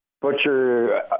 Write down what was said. butcher